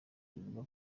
kivuga